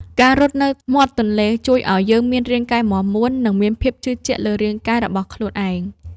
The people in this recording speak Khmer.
ការរត់នៅមាត់ទន្លេជួយឱ្យយើងមានរាងកាយមាំមួន និងមានភាពជឿជាក់លើរូបរាងកាយរបស់ខ្លួនឯង។